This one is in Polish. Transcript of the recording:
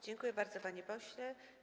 Dziękuję bardzo, panie pośle.